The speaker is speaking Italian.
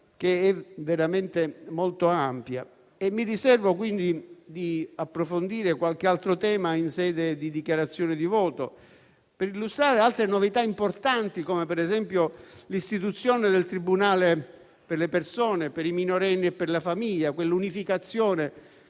che è veramente molto ampia, e mi riservo di approfondire qualche altro tema in sede di dichiarazione di voto per illustrare altre novità importanti, come per esempio l'istituzione del Tribunale per le persone, per i minorenni e per la famiglia, unificazione